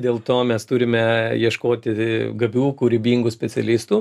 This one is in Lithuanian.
dėl to mes turime ieškoti gabių kūrybingų specialistų